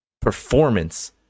performance